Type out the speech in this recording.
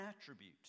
attribute